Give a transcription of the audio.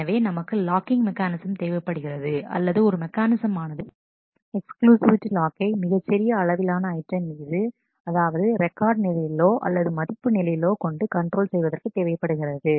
எனவே நமக்கு locking mechanism தேவைப்படுகிறது அல்லது ஒரு மெக்கானிசம் ஆனது எக்ஸ்க்ளூசிவிட்டி லாக்கை மிகச்சிறிய அளவிலான ஐட்டம் மீது அதாவது ரெக்கார்டு நிலையிலோ மதிப்பு நிலையிலோ கொண்டு கண்ட்ரோல் செய்வதற்கு தேவைப்படுகிறது